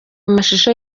amashusho